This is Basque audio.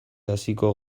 hasiko